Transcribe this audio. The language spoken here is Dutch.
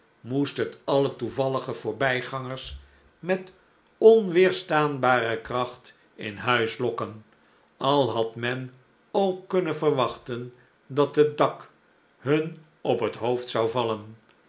moest het alle toevallige voorbijgangers met onweerstaanbare kracht in huis lokken al had men ook kunnen verwachten dat het dak hun op het hoofd zou vallen